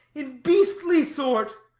in beastly sort,